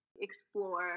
explore